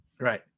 Right